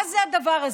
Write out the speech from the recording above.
מה זה הדבר הזה?